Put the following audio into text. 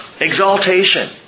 Exaltation